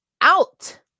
out